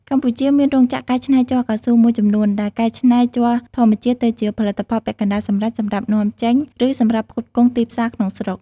កម្ពុជាមានរោងចក្រកែច្នៃជ័រកៅស៊ូមួយចំនួន ដែលកែច្នៃជ័រធម្មជាតិទៅជាផលិតផលពាក់កណ្តាលសម្រេចសម្រាប់នាំចេញ ឬសម្រាប់ផ្គត់ផ្គង់ទីផ្សារក្នុងស្រុក។